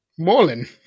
Morlin